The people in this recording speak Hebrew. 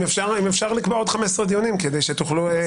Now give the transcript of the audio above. אם אפשר לקבוע עוד 15 דיונים כדי שתוכלו.